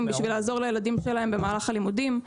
בשביל לעזור לילדים שלהם במהלך הלימודים.